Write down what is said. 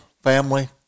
family